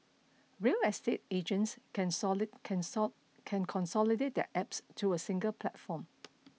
real estate agents can solid can sod can consolidate their Apps to a single platform